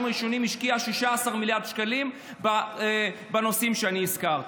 הראשונים השקיעה 16 מיליארד שקלים בנושאים שאני הזכרתי.